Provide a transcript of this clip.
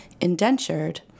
indentured